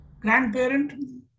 grandparent